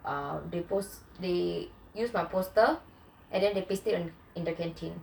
um they post they use my poster then they paste it in the canteen